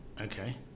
okay